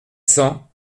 cents